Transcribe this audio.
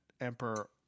Emperor